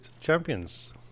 champions